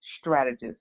strategist